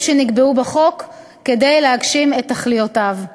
שנקבעו בחוק כדי להגשים את תכליותיו.